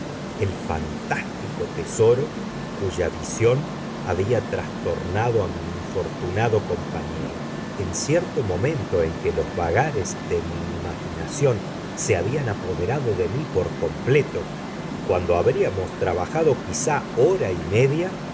el fantástico tesoro cuya visión había trastornado a mi infortunado compañero en cierto momento en que los vagares de mi imaginación se habían apoderado de mí por completo y cuando habríamos trabajado quizá hora y media